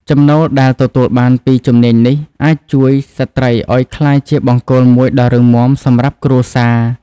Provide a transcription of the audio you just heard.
ចំណូលដែលទទួលបានពីជំនាញនេះអាចជួយស្ត្រីឱ្យក្លាយជាបង្គោលមួយដ៏រឹងមាំសម្រាប់គ្រួសារ។